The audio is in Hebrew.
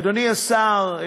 אדוני השר,